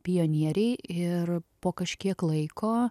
pionieriai ir po kažkiek laiko